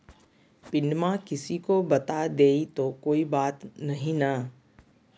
पिनमा किसी को बता देई तो कोइ बात नहि ना?